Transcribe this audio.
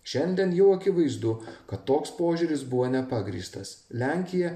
šiandien jau akivaizdu kad toks požiūris buvo nepagrįstas lenkija